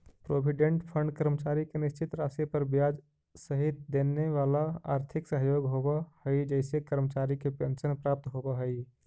provident fund कर्मचारी के निश्चित राशि पर ब्याज सहित देवेवाला आर्थिक सहयोग होव हई जेसे कर्मचारी के पेंशन प्राप्त होव हई